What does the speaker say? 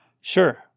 Sure